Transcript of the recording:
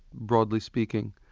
broadly speaking,